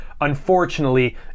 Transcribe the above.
unfortunately